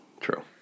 true